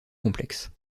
complexes